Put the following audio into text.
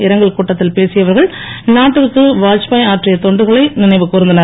இரங்கல் கூட்டத்தில் பேசியவர்கள் நாட்டிற்கு வாத்பாய் ஆற்றிய தொண்டுகளை நினைவு கூர்ந்தனர்